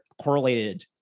correlated